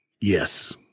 Yes